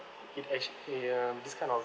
it actu~ ya this kind of